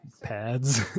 pads